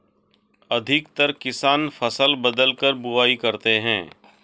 अधिकतर किसान फसल बदलकर बुवाई करते है